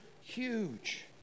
huge